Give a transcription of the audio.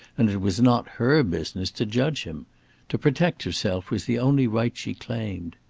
and it was not her business to judge him to protect herself was the only right she claimed.